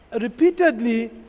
repeatedly